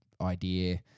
idea